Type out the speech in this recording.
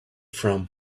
from